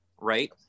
right